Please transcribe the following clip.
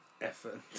effort